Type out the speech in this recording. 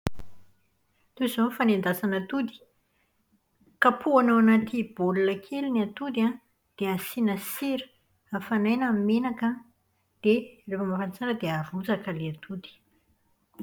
Toy izao ny fanendasana atody. Kapohana ao anaty baolina kely ny atody an, dia asiana sira. Afanaina ny menaka an, dia rehefa mafana tsara dia arotsaka ilay atody.